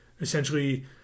essentially